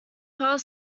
far